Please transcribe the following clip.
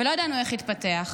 ולא ידענו איך יתפתח.